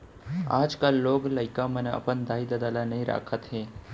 आजकाल लोग लइका मन अपन दाई ददा ल नइ राखत हें